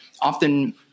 often